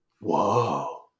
whoa